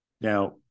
Now